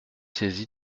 saisi